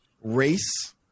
race